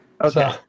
Okay